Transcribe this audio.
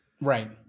Right